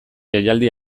jaialdi